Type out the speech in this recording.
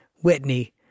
Whitney